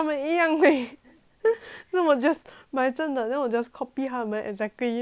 then 我 just 买真的 then 我 just copy 他们 exactly then 我就变美